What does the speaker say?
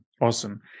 Awesome